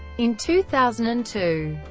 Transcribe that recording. in two thousand and two,